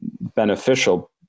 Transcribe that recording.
beneficial